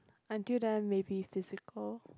until then maybe physical